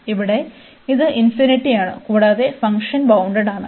ഇവിടെ ഇത് ഇൻഫിനിറ്റിയാണ് കൂടാതെ ഫംഗ്ഷൻ ബൌണ്ടഡ്ഡാണ്